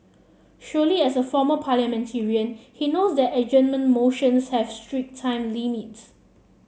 surely as a former parliamentarian he knows that adjournment motions have strict time limits